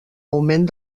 augment